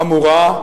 חמורה,